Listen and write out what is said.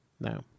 No